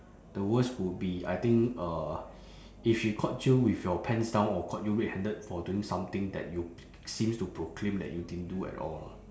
the worst would be I think uh if she caught you with your pants down or caught you red handed for doing something that you seems to proclaim that you didn't do at all